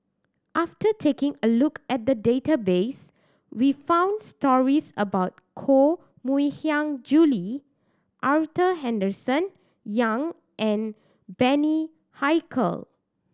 after taking a look at the database we found stories about Koh Mui Hiang Julie Arthur Henderson Young and Bani Haykal